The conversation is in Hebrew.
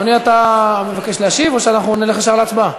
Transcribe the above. אדוני, אתה מבקש להשיב או שנלך ישר להצבעה?